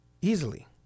Easily